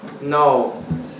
No